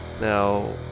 Now